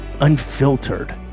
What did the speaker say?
unfiltered